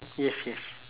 yes yes